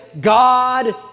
God